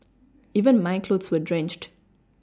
even my clothes were drenched